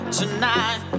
tonight